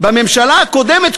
בממשלה הקודמת,